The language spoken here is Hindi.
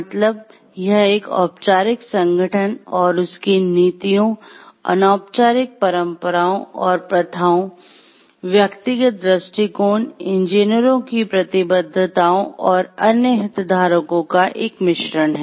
मतलब यह एक औपचारिक संगठन और उसकी नीतियों अनौपचारिक परंपराओं और प्रथाओं व्यक्तिगत दृष्टिकोण इंजीनियरों की प्रतिबद्धताओं और अन्य हितधारकों का एक मिश्रण है